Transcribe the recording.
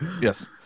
yes